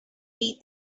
beat